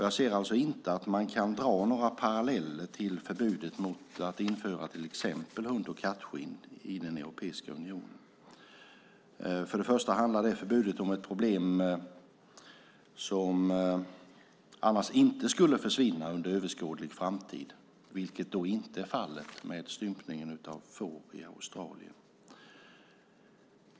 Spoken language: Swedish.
Jag anser alltså inte att man kan dra några paralleller till exempel till förbudet mot att införa hund och kattskinn i Europeiska unionen. Det förbudet handlar om ett problem som annars inte skulle försvinna under överskådlig framtid, vilket inte är fallet med stympningen av får i Australien.